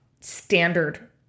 standard